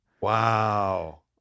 Wow